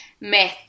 myth